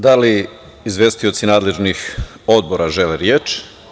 Da li izvestioci nadležnih odbora žele reč?